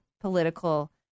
political